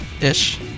ish